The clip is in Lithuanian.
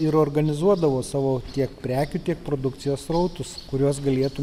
ir organizuodavo savo tiek prekių tiek produkcijos srautus kuriuos galėtų